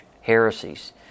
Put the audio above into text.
heresies